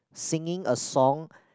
singing a song